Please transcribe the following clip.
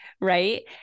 right